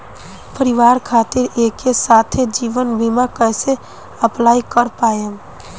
परिवार खातिर एके साथे जीवन बीमा कैसे अप्लाई कर पाएम?